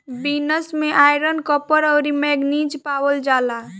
beans में iron, copper, अउरी manganese पावल जाला